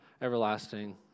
everlasting